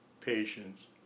patience